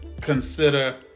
consider